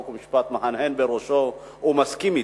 חוק ומשפט מהנהן בראשו ומסכים אתי.